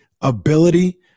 ability